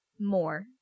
more